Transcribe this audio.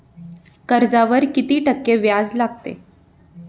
कर्जावर किती टक्के व्याज लागते?